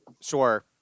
sure